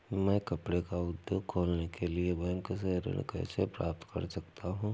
मैं कपड़े का उद्योग खोलने के लिए बैंक से ऋण कैसे प्राप्त कर सकता हूँ?